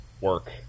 work